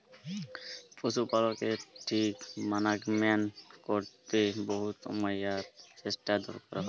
পশু পালকের ঠিক মানাগমেন্ট ক্যরতে বহুত সময় আর পরচেষ্টার দরকার হ্যয়